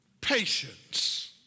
Patience